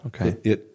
Okay